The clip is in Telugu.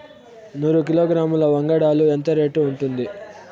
నూరు కిలోగ్రాముల వంగడాలు ఎంత రేటు ఉంటుంది?